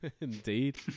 Indeed